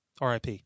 RIP